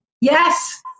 Yes